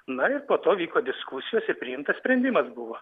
na ir po to vyko diskusijos ir priimtas sprendimas buvo